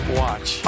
watch